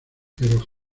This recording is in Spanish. pero